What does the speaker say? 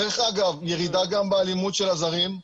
דרך אגב, ירידה גם באלימות של זרים,